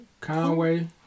Conway